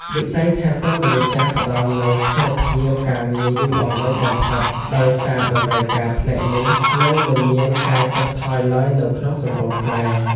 វិស័យថែទាំមនុស្សចាស់ផ្តល់នូវស្ថិរភាពការងារយូរអង្វែងបំផុត ដោយសារតម្រូវការផ្នែកនេះនឹងមិនមានការចុះថយឡើយនៅក្នុងសង្គមខ្មែរ។